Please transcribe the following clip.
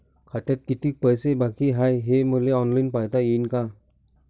खात्यात कितीक पैसे बाकी हाय हे मले ऑनलाईन पायता येईन का?